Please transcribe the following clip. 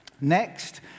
Next